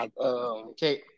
Okay